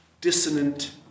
dissonant